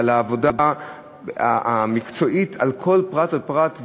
על העבודה המקצועית על כל פרט ופרט,